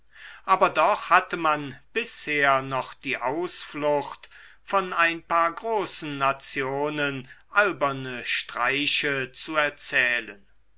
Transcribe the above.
aber doch hatte man bisher noch die ausflucht von ein paar großen nationen alberne streiche zu erzählen